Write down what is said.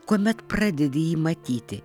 kuomet pradedi jį matyti